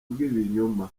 bw’ibinyoma